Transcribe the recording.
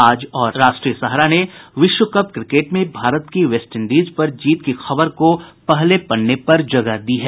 आज और राष्ट्रीय सहारा ने विश्व कप क्रिकेट में भारत की वेस्टइंडीज पर जीत की खबर को पहले पन्ने पर जगह दी है